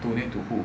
donate to who